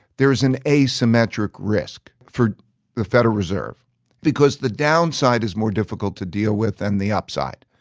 there's an asymmetric risk for the federal reserve because the downside is more difficult to deal with than the upside.